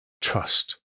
trust